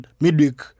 midweek